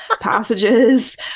Passages